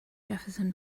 jefferson